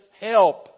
help